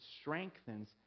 strengthens